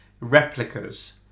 replicas